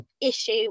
issue